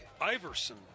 Iverson